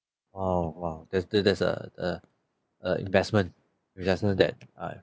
oh !wow! that that's a a a investment investment that I